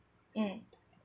mm